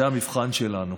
זה המבחן שלנו,